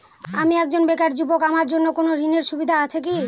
আমি একজন বেকার যুবক আমার জন্য কোন ঋণের সুবিধা আছে কি?